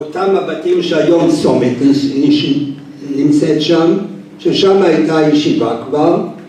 ‫אותם הבתים שהיום צומת ‫נמצאת שם, ‫ששם הייתה הישיבה כבר.